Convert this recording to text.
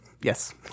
Yes